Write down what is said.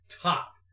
top